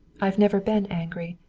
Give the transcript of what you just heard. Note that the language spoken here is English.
i've never been angry.